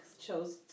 chose